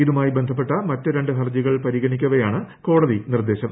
ഇതുമായി ബന്ധപ്പെട്ട മറ്റ് രണ്ട് ഹർജികൾ പരിഗണിക്കവേയാണ് കോടതി നിർദ്ദേശം